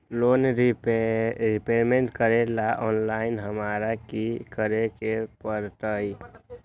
Loan repayment करेला online हमरा की करे के परतई?